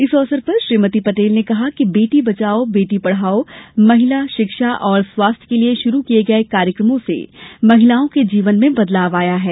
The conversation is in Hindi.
इस अवसर पर श्रीमति पटेल ने कहा कि बेटी बचाओ बेटी पढ़ाओ महिला शिक्षा और स्वास्थ्य के लिये शुरू किये गये कार्यकमों से महिलाओं के जीवन में बदलाव आया है